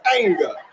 anger